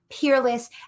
peerless